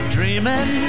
Dreaming